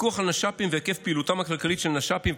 הפיקוח על נש"פים והיקף פעילותם הכלכלית של נש"פים,